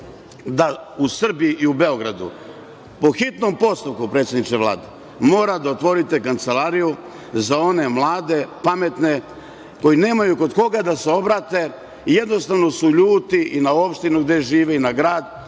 da u Srbiji i u Beogradu po hitnom postupku, predsedniče Vlade, morate da otvorite kancelariju za one mlade pametne koji nemaju kod koga da se obrate, jednostavno su ljuti i na opštinu gde žive i na grad,